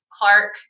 Clark